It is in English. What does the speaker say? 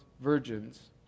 virgins